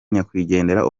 nyakwigendera